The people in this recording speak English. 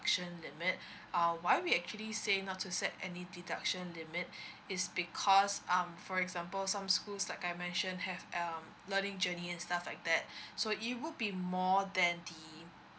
limit uh why we actually say not to set any deduction limit it's because um for example some schools like I mention have um learning journey and stuff like that so it would be more than the